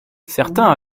certains